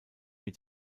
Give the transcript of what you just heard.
mit